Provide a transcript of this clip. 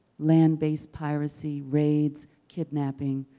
land-based piracy raids, kidnapping,